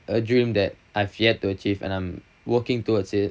a dream that I've yet to achieve and I'm working towards it